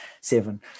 seven